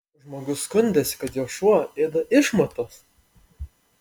žmogus skundėsi kad jo šuo ėda išmatas